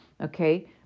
Okay